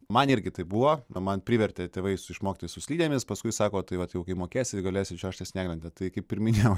man irgi tai buvo mane privertė tėvai išmokti su slidėmis paskui sako tai vat jau kai mokėsite galėsite čiuožti snieglente tai kaip ir minėjau